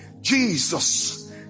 Jesus